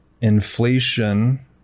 inflation